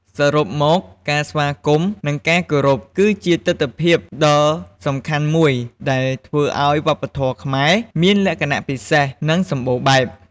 សរុបមក ការស្វាគមន៍ និងការគោរពគឺជាទិដ្ឋភាពដ៏សំខាន់មួយដែលធ្វើឱ្យវប្បធម៌ខ្មែរមានលក្ខណៈពិសេស និងសម្បូរបែប។